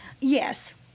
Yes